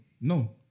No